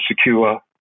secure